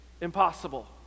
impossible